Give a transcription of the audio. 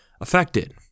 affected